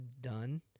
done